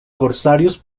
corsarios